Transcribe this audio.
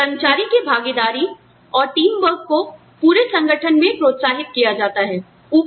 फिर कर्मचारी की भागीदारी और टीम वर्क को पूरे संगठन में प्रोत्साहित किया जाता है